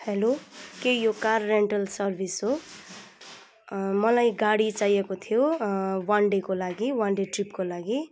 hello के यो car rental service हो मलाई गाडी चाहिएको थियो वान डेको लागि वान डे ट्रिपको लागि